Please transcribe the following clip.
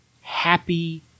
happy